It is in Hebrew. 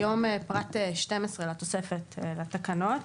היום פרט 12 לתוספת לתקנות